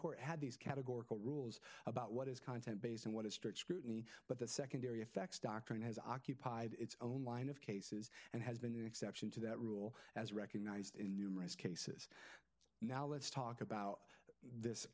court had these categorical rules about what is content based on what is strict scrutiny but the secondary effects doctrine has occupied its own line of cases and has been an exception to that rule as recognized in numerous cases now let's talk about this